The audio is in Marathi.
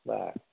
बर